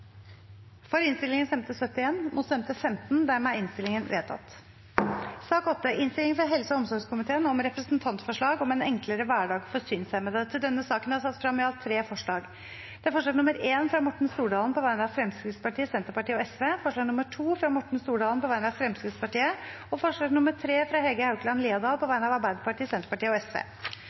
imot innstillingen. Da tar vi det på nytt. Under debatten er det satt frem i alt tre forslag. Det er forslag nr. 1, fra Morten Stordalen på vegne av Fremskrittspartiet, Senterpartiet og Sosialistisk Venstreparti forslag nr. 2, fra Morten Stordalen på vegne av Fremskrittspartiet forslag nr. 3, fra Hege Haukeland Liadal på vegne av Arbeiderpartiet, Senterpartiet og